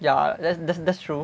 ya that's that's that's true